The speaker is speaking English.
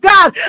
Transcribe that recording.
God